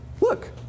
Look